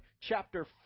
chapter